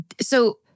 So-